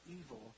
evil